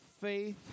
faith